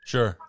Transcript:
Sure